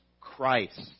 Christ